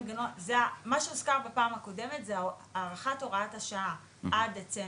מה שהוזכר בפעם הקודמת זה הארכת הוראת השעה עד דצמבר,